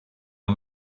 and